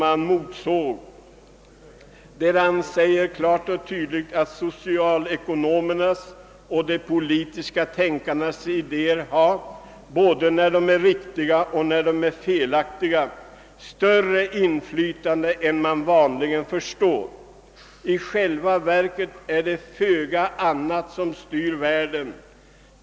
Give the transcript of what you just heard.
Han skriver bl.a. följande: »Socialekonomernas och de politiska tänkarnas idéer ha, både när de äro riktiga och när de äro felaktiga, större inflytande än man vanligen förstår. I själva verket är det föga annat som styr världen.